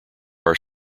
are